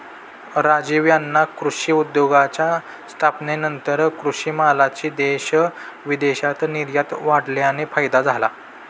राजीव यांना कृषी उद्योगाच्या स्थापनेनंतर कृषी मालाची देश विदेशात निर्यात वाढल्याने फायदा झाला